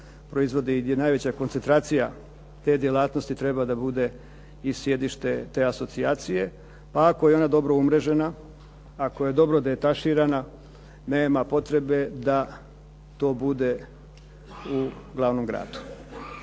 proizvodi gdje je najveća koncentracija te djelatnosti, treba da bude i sjedište te asocijacije, pa ako je ona dobro umrežena, ako je dobro detaširana nema potrebe da to bude u glavnom gradu.